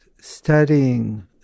studying